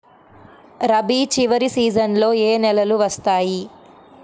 రబీ చివరి సీజన్లో ఏ నెలలు వస్తాయి?